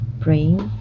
praying